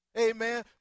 amen